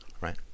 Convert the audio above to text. right